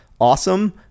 awesome